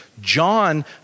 John